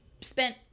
spent